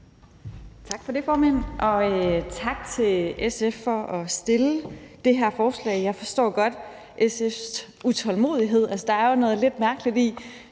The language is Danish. Tak for det, formand, og tak til SF for at fremsætte det her forslag. Jeg forstår godt SF's utålmodighed. Der er jo noget lidt mærkeligt i,